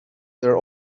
there